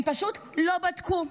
הם פשוט לא בדקו.